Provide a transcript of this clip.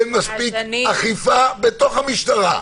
אין מספיק אכיפה בתוך המשטרה.